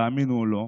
תאמינו או לא,